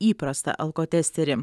įprastą alkotesterį